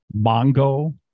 Mongo